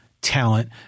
talent